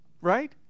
right